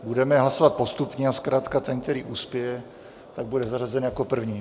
Budeme hlasovat postupně, a zkrátka ten, který uspěje, bude zařazen jako první.